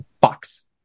Box